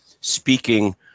speaking